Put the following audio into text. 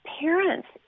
parents